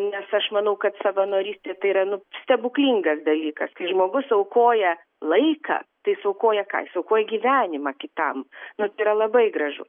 nes aš manau kad savanorystė tai yra nu stebuklingas dalykas kai žmogus aukoja laiką tai jis aukoja ką jis aukoja gyvenimą kitam nu tai yra labai gražu